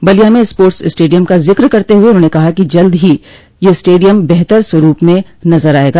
बलिया में sports stadium का जिक्र करते हुए उन्होंने कहा कि जल्द ही यह स्टेडियम बेहतर स्वरूप में नज़र आयेगा